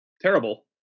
terrible